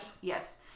Yes